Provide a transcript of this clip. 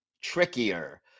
trickier